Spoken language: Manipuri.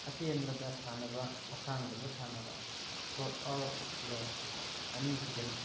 ꯑꯇꯦꯟꯕꯗ ꯁꯥꯟꯅꯕ ꯑꯁꯥꯡꯕꯗ ꯁꯥꯟꯅꯕ ꯁꯣꯔꯠ ꯑꯣꯔ ꯂꯣꯡ ꯑꯅꯤꯁꯤꯗ ꯂꯩ